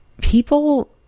people